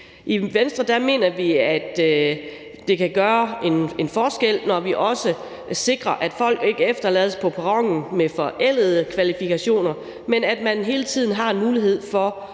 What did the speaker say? I Venstre mener vi, at det kan gøre en forskel, når vi også sikrer, at folk ikke efterlades på perronen med forældede kvalifikationer, men at man hele tiden har mulighed for